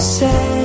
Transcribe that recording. say